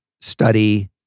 study